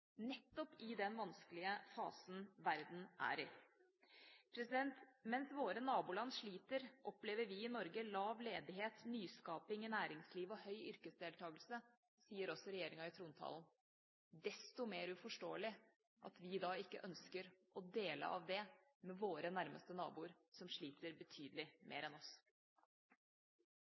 nettopp i den vanskelige fasen verden er i. «Mens våre naboland sliter, opplever vi i Norge lav ledighet, nyskaping i næringslivet og høy yrkesdeltakelse», sier også regjeringa i trontalen. Desto mer uforståelig er det at vi da ikke ønsker å dele av det med våre nærmeste naboer, som sliter betydelig mer enn oss.